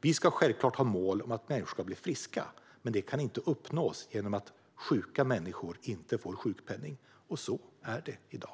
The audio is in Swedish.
Vi ska självklart ha mål om att människor ska bli friska, men det kan inte uppnås genom att sjuka människor inte får sjukpenning. Så är det i dag.